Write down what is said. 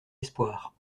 espoirs